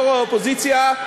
יושב-ראש האופוזיציה,